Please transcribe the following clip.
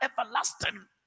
everlasting